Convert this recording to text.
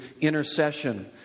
intercession